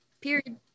period